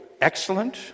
excellent